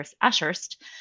Ashurst